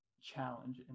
challenge